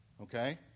Okay